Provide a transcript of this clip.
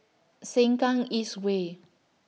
Sengkang East Way